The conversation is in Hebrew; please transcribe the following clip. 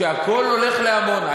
שהכול הולך לעמונה.